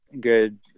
good